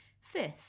Fifth